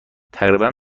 تقریبا